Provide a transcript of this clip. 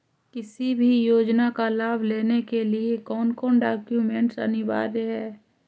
किसी भी योजना का लाभ लेने के लिए कोन कोन डॉक्यूमेंट अनिवार्य है?